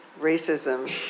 racism